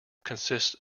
consists